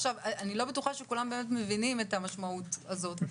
אני לא בטוחה שכולם באמת מבינים את המשמעות הזאת.